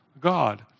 God